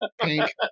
Pink